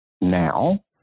now